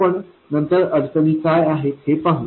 आपण नंतर अडचणी काय आहेत हे पाहू